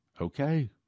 Okay